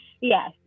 Yes